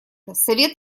совет